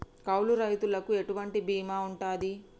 కౌలు రైతులకు ఎటువంటి బీమా ఉంటది?